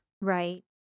Right